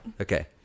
Okay